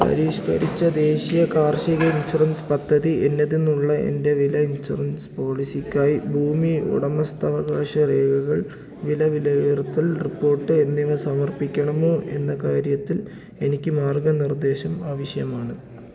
പരിഷ്കരിച്ച ദേശീയ കാർഷിക ഇൻഷുറൻസ് പദ്ധതി എന്നതിനുള്ള എൻ്റെ വിള ഇൻഷുറൻസ് പോളിസിക്കായി ഭൂമി ഉടമസ്ഥാവകാശ രേഖകൾ വിള വിലയിരുത്തൽ റിപ്പോർട്ട് എന്നിവ സമർപ്പിക്കണമോ എന്ന കാര്യത്തിൽ എനിക്കു മാർഗ്ഗനിർദ്ദേശം ആവശ്യമാണ്